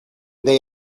they